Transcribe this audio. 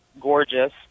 gorgeous